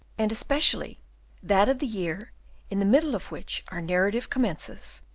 and especially that of the year in the middle of which our narrative commences,